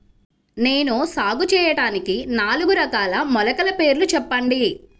నేను సాగు చేయటానికి నాలుగు రకాల మొలకల పేర్లు చెప్పండి?